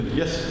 yes